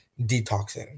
detoxing